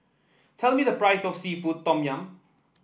tell me the price of seafood Tom Yum